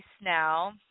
now